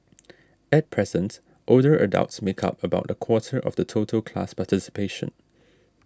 at present older adults make up about a quarter of the total class participation